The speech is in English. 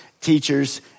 teachers